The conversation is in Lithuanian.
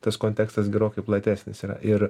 tas kontekstas gerokai platesnis yra ir